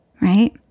right